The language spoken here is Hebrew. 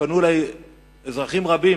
פנו אלי אזרחים רבים.